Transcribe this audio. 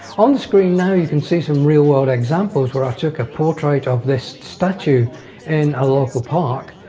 on the screen now you can see some real-world examples where i took a portrait of this statue in a local park.